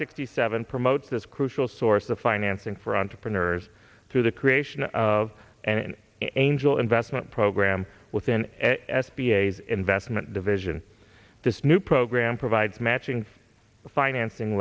sixty seven promote this crucial source of financing for entrepreneurs through the creation of an angel investment program with an s b a as investment division this new program provides matching financing